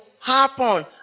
happen